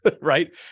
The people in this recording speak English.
right